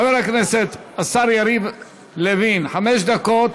חבר הכנסת השר יריב לוין, חמש דקות,